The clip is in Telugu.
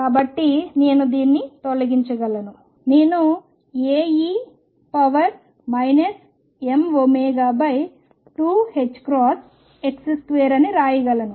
కాబట్టి నేను దీన్ని తొలగించగలను నేను Ae mω2ℏx2 అని వ్రాయగలను